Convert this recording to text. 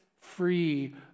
free